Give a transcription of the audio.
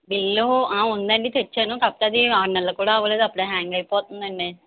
bill ఉందండి తెచ్చాను కాకపోతే అది ఆరు నెలలు కూడా అవ్వలేదు అప్పుడే హ్యాంగ్ అయిపోతుంది అండి